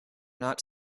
not